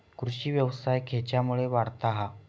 कृषीव्यवसाय खेच्यामुळे वाढता हा?